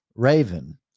raven